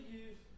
use